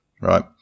right